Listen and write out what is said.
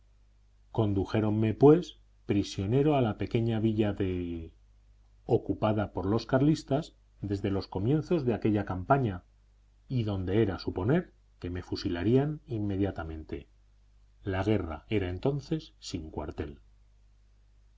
rendirnos condujéronme pues prisionero a la pequeña villa de ocupada por los carlistas desde los comienzos de aquella campaña y donde era de suponer que me fusilarían inmediatamente la guerra era entonces sin cuartel